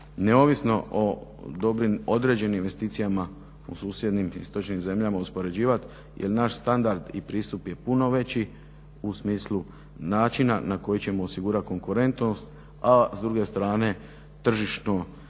neovisno o dobrim određenim investicijama u susjednim istočnim zemljama uspoređivati jer naš standard i pristup je puno veći u smislu načina na koji ćemo osigurati konkurentnost, a s druge strane tržišno osigurati